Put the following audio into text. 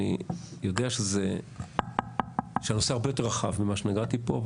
אני יודע שהנושא הרבה יותר רחב ממה שנגעתי פה,